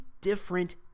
different